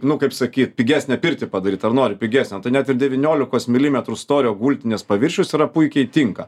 nu kaip sakyt pigesnę pirtį padaryt ar nori pigesnio tai net ir devyniolikos milimetrų storio gultines paviršius yra puikiai tinka